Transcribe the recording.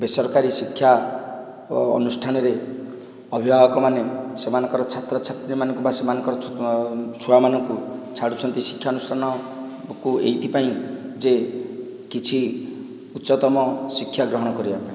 ବେସରକାରୀ ଶିକ୍ଷା ଓ ଅନୁଷ୍ଠାନରେ ଅଭିଭାବକ ମାନେ ସେମାନଙ୍କର ଛାତ୍ରଛାତ୍ରୀ ମାନଙ୍କୁ ବା ସେମାନଙ୍କର ଛୁଆ ମାନଙ୍କୁ ଛାଡ଼ୁଛନ୍ତି ଶିକ୍ଷାନୁଷ୍ଠାନ କୁ ଏଇଥିପାଇଁ ଯେ କିଛି ଉଚ୍ଚତମ ଶିକ୍ଷା ଗ୍ରହଣ କରିବାପାଇଁ